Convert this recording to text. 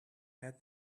had